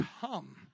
come